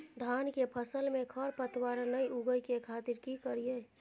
धान के फसल में खरपतवार नय उगय के खातिर की करियै?